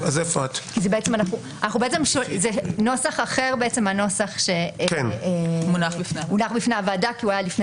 זה נוסח אחר מהנוסח שהונח בפני הוועדה כי הוא היה לפני